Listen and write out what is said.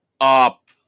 up